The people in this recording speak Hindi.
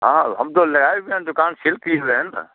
हाँ हम तो लगाए हुए हैं दुकान सिल किए हुए हैं ना